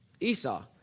Esau